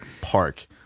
park